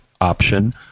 option